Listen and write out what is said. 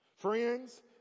Friends